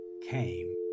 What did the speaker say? came